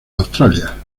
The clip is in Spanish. australia